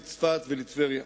לצפת ולטבריה.